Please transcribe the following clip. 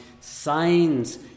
signs